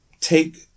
take